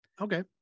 Okay